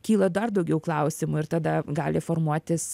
kyla dar daugiau klausimų ir tada gali formuotis